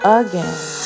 again